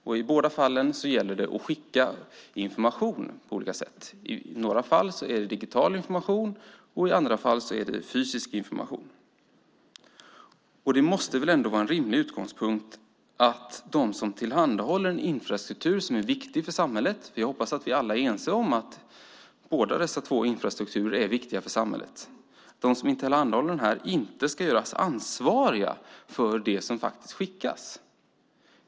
I båda fallen gäller det att skicka information på olika sätt. I några fall är det digital information, och i andra fall är det fysisk information. Det måste ändå vara en rimlig utgångspunkt att de som tillhandahåller en infrastruktur som är viktig för samhället - jag hoppas att vi är alla ense om att båda dessa infrastrukturer är viktiga för samhället - inte ska göras ansvariga för det som faktiskt skickas.